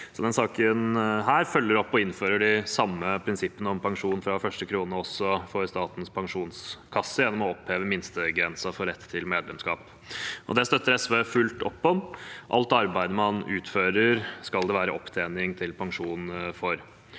saken følger opp og innfører de samme prinsippene om pensjon fra første krone også for Statens pensjonskasse, gjennom å oppheve minstegrensen for rett til medlemskap. Det støtter SV fullt opp om. Det skal være opptjening til pensjon for